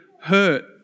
hurt